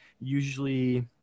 usually